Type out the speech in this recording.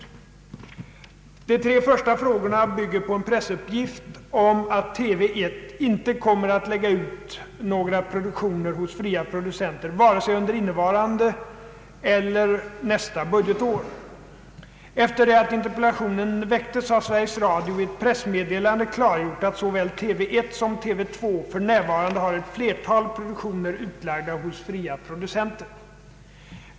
De tre första frågorna bygger på en pressuppgift om att TV 1 inte kommer att lägga ut några produktioner hos fria producenter under vare sig innevarande eller nästa budgetår. Efter det att interpellationen väcktes har Sveriges Radio i ett pressmeddelande klargjort att såväl TV 1 som TV 2 för närvarande har ett flertal produktioner utlagda hos fria producenter.